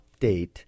update